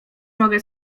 mogę